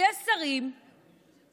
שיש שרים נוספים,